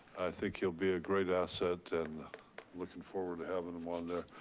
think he'll be a great asset. and looking forward to having him on there.